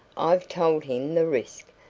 i've told him the risk,